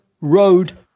road